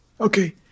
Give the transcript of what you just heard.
Okay